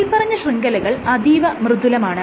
മേല്പറഞ്ഞ ശൃംഖലകൾ അതീവ മൃദുലമാണ്